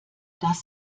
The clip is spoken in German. das